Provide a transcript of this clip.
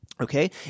Okay